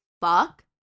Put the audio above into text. Fuck